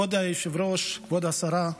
כבוד היושב-ראש, כבוד השרה,